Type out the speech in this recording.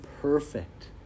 perfect